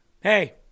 Hey